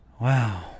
wow